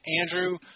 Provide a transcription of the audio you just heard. Andrew